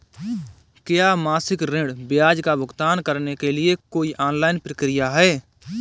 क्या मासिक ऋण ब्याज का भुगतान करने के लिए कोई ऑनलाइन प्रक्रिया है?